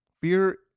Fear